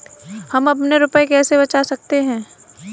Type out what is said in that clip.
हम अपने रुपये कैसे बचा सकते हैं?